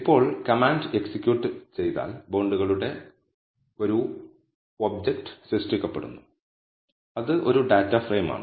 ഇപ്പോൾ command execute ചെയ്താൽ ബോണ്ടുകളുടെ ഒരു ഒബ്ജക്റ്റ് സൃഷ്ടിക്കപ്പെടുന്നു അത് ഒരു ഡാറ്റ ഫ്രെയിം ആണ്